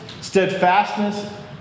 Steadfastness